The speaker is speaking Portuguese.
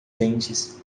dentes